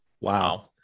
Wow